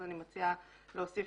אז אני מציעה להוסיף,